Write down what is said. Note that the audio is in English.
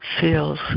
feels